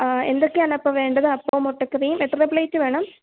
എന്തൊക്കെയാണ് അപ്പോൾ വേണ്ടത് അപ്പവും മുട്ടക്കറിയും എത്ര പ്ലേറ്റ് വേണം